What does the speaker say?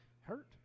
hurt